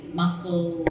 muscle